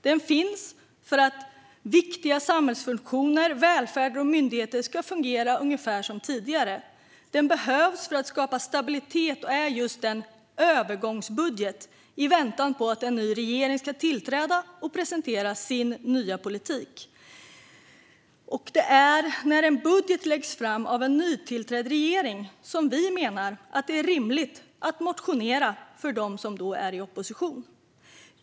Den finns därför att viktiga samhällsfunktioner, välfärden och myndigheter ska fungera ungefär som tidigare. Den behövs för att skapa stabilitet och är just en övergångsbudget i väntan på att en ny regering ska tillträda och presentera sin nya politik. Det är när en budget läggs fram av en nytillträdd regering som vi menar att det är rimligt att som oppositionsparti lämna in motioner.